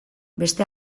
beste